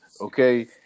okay